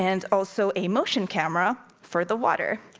and also a motion camera for the water.